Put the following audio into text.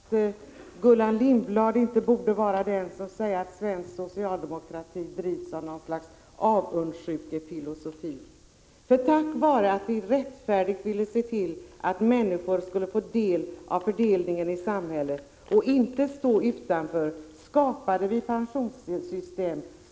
Herr talman! Gullan Lindblad borde inte vara den som säger att svensk socialdemokrati drivs av något slags avundsjukefilosofi. Tack vare att vi rättfärdigt ville se till att människor skulle få del av och inte stå utanför fördelningen i samhället skapade vi ett pensionssystem.